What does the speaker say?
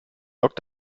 log